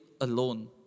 alone